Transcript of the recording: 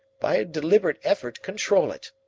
by a deliberate effort, control it.